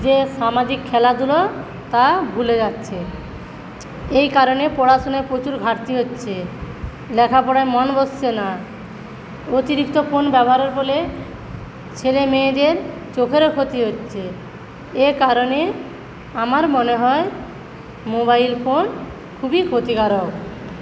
যে সামাজিক খেলাধুলা তা ভুলে যাচ্ছে এই কারণে পড়াশুনায় প্রচুর ঘাটতি হচ্ছে লেখাপড়ায় মন বসছে না অতিরিক্ত ফোন ব্যবহারের ফলে ছেলেমেয়েদের চোখেরও ক্ষতি হচ্ছে এর কারণে আমার মনে হয় মোবাইল ফোন খুবই ক্ষতিকারক